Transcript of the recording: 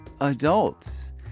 adults